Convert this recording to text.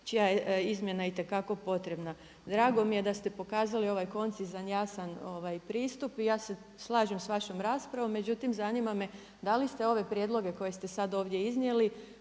čija je izmjena itekako potrebna. Drago mi je da ste pokazali ovaj koncizan, jasan pristup i ja se slažem s vašom raspravom, međutim zanima me da li ste ove prijedloge koje ste sad ovdje iznijeli